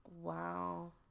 Wow